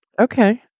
Okay